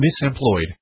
misemployed